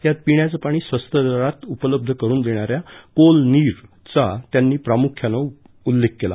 यात पिण्याचं पाणी स्वस्त दरात उपलब्ध करून देणाऱ्या कोल नीर चा त्यांनी प्रामुख्यानं उल्लेख केला